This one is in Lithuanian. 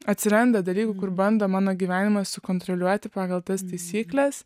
atsiranda dalykų kur bando mano gyvenimą sukontroliuoti pagal tas taisykles